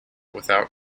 without